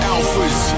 Alphas